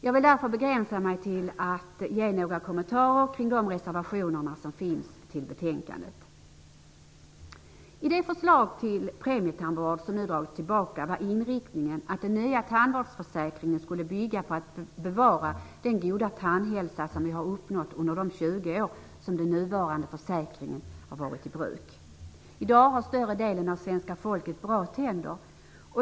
Jag vill därför begränsa mig till att ge några kommentarer till de reservationer som är fogade till betänkandet. I det förslag till premietandvård som nu har dragits tillbaka var inriktningen att den nya tandvårdsförsäkringen skulle bygga på att bevara den goda tandhälsa som vi har uppnått under de 20 år som den nuvarande försäkringen har varit i bruk. I dag har större delen av svenska folket bra tänder.